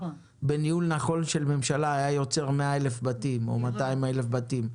בניהול נכון של הממשלה היה יוצר יותר מ-100,000 או 200,000 בתים,